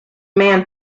man